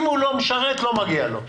אם הוא לא משרת, לא מגיע לו.